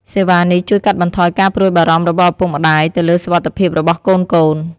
សេវានេះជួយកាត់បន្ថយការព្រួយបារម្ភរបស់ឪពុកម្តាយទៅលើសុវត្ថិភាពរបស់កូនៗ។